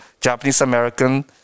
Japanese-American